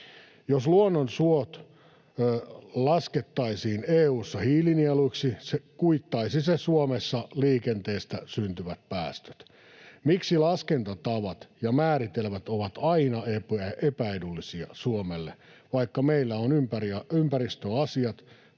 Jos luonnonsuot laskettaisiin EU:ssa hiilinieluiksi, kuittaisi se Suomessa liikenteestä syntyvät päästöt. Miksi laskentatavat ja määritelmät ovat aina epäedullisia Suomelle, vaikka meillä on ympäristöasiat